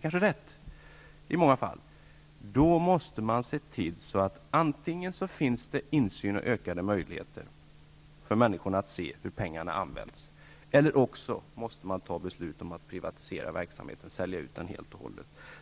kanske är riktigt i många fall, måste man se till att det antingen finns insyn, dvs. ökade möjligheter för människor att se hur pengarna används, eller att beslut fattas om privatiserande av verksamheten, dvs. man säljer ut den helt och hållet.